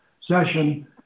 session